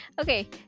Okay